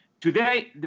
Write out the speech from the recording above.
today